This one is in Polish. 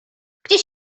gdzie